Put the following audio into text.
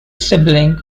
sibling